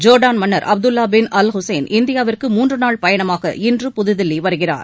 ஜோ்டான் மன்னா் Abdullah bin Al Hussein இந்தியாவிற்கு மூன்று நாள் பயணமாக இன்று புதுதில்லி வருகிறார்